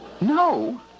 No